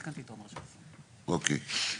אוקיי.